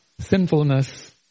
sinfulness